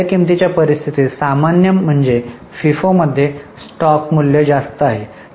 वाढत्या किंमतींच्या परिस्थितीत सामान्य म्हणजे फिफो मध्ये स्टॉक मूल्य जास्त आहे